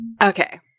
okay